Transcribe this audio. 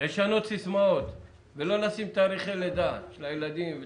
לשנות סיסמאות ולא לשים תאריכי לידה של הילדים.